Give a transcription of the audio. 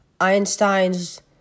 Einstein's